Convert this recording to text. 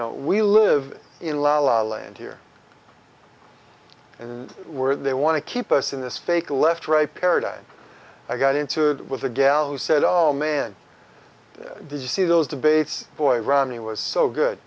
know we live in la la land here and we're they want to keep us in this fake left right paradigm i got into it with the gal who said oh man do you see those debates boy romney was so good